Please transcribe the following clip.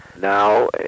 now